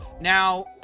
Now